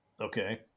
Okay